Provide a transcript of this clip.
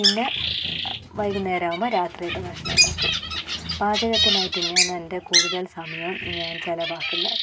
പിന്നെ വൈകുന്നേരമാകുമ്പോൾ രാത്രിയിലത്തെ ഭക്ഷണം ഉണ്ടാക്കും പാചകത്തിന് ആയിട്ടു തന്നെയാണ് എൻ്റെ കൂടുതൽ സമയവും ഞാൻ ചിലവാക്കുന്നത്